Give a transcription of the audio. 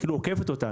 עוקפת אותה,